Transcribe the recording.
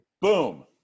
Boom